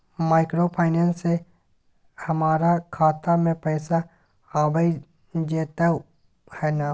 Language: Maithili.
माइक्रोफाइनेंस से हमारा खाता में पैसा आबय जेतै न?